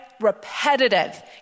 Repetitive